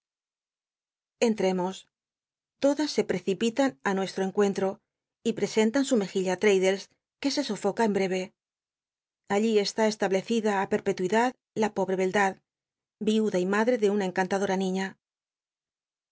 enlrcmos todas se precipitan á nucstro encuentro y presentan su mejilla á traddlcs qu e se sofoca en breve allí está establecida li per petuidad la pobre beldad yiuda y mad re de una encantadora niña